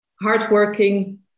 hardworking